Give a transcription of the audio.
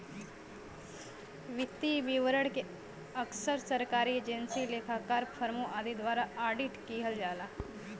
वित्तीय विवरण के अक्सर सरकारी एजेंसी, लेखाकार, फर्मों आदि द्वारा ऑडिट किहल जाला